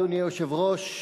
אדוני היושב-ראש,